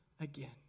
again